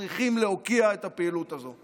צריכים להוקיע את הפעילות הזו.